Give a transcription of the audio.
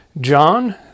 John